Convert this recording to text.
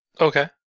Okay